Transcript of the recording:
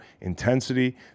intensity